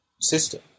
system